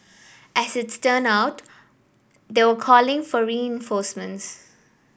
as it turn out they were calling for reinforcements